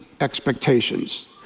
expectations